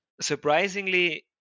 surprisingly